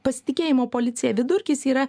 pasitikėjimo policija vidurkis yra